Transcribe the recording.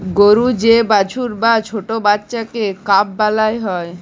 গরুর যে বাছুর বা ছট্ট বাচ্চাকে কাফ ব্যলা হ্যয়